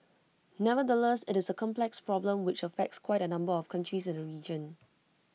nevertheless IT is A complex problem which affects quite A number of countries in the region